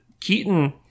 Keaton